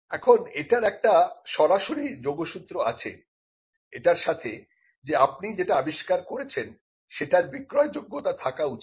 এখন এটার একটা সরাসরি যোগসুত্র আছে এটার সাথে যে আপনি যেটা আবিষ্কার করেছেন সেটার বিক্রয়যোগ্যতা থাকা উচিত